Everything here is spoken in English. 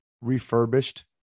refurbished